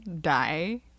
die